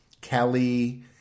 Kelly